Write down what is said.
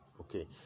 okay